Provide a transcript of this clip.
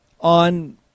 on